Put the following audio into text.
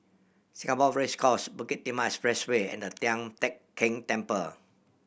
Singapore Race Course Bukit Timah Expressway and Tian Teck Keng Temple